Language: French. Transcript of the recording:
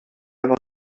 avoir